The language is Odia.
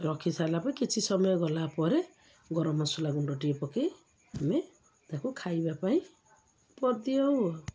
ରଖି ସାରିଲା ପରେ କିଛି ସମୟ ଗଲା ପରେ ଗରମ ମସଲା ଗୁଣ୍ଡଟିଏ ପକେଇ ଆମେ ତାକୁ ଖାଇବା ପାଇଁ ଦେଉ ଆଉ